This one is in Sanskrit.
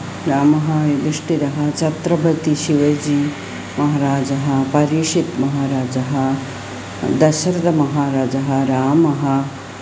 रामः युधिष्ठिरः छत्रपतिः शिबिः महाराजः परीक्षितः महाराजः दशरथमहाराजः रामः